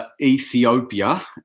Ethiopia